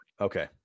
Okay